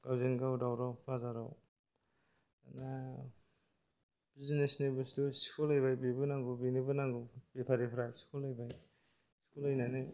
गावजोंगाव दावराव बाजाराव दाना जिनिसनि बुस्तु सिख'लायबाय बेबो नांगौ बेनोबो नांगौ बेफारिफ्रा सिख'लायबाय सिख'लायनानै